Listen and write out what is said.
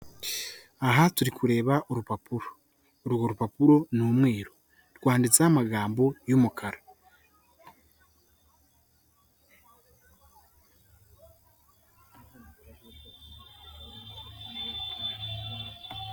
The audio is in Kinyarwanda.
Aha turi kureba urupapuro, urwo rupapuro ni umweru. Rwanditseho amagambo y'umukara.